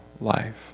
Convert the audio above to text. life